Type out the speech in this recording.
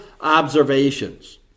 observations